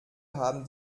haben